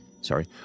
Sorry